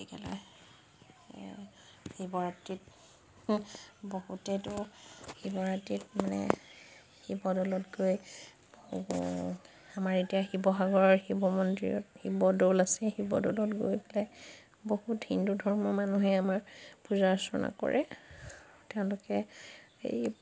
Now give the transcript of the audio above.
শিৱৰাত্ৰিত বহুতেতো শিৱৰাত্ৰিত মানে শিৱদৌলত গৈ আমাৰ এতিয়া শিৱসাগৰৰ শিৱ মন্দিৰত শিৱদৌল আছে শিৱদৌলত গৈ পেলাই বহুত হিন্দু ধৰ্মৰ মানুহে আমাৰ পূজা অৰ্চনা কৰে তেওঁলোকে এই